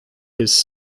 his